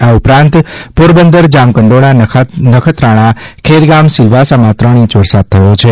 આ ઉપરાંત પોરબંદર જામકંડોરણા નખત્રાણા ખેરગામ સિલવાસામાં ત્રણ ઇંચ વરસાદ થયો છે